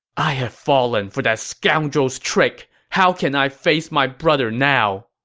i have fallen for that scoundrel's trick! how can i face my brother now!